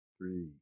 Three